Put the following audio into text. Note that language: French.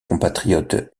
compatriotes